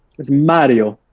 that's mario.